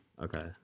okay